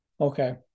Okay